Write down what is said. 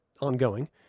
ongoing